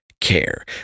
care